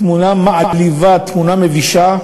תמונה מעליבה, תמונה מבישה,